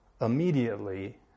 immediately